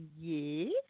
Yes